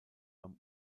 beim